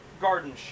garden